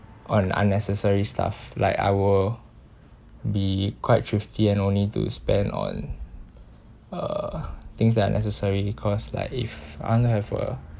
on unnecessary stuff like I will be quite thrifty and only to spend on uh things that are necessary cause like if I'll have a